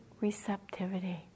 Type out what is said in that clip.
receptivity